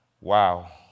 Wow